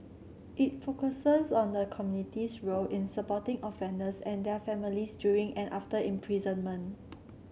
it focuses on the community's role in supporting offenders and their families during and after imprisonment